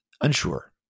Unsure